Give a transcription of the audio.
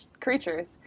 creatures